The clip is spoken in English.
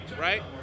right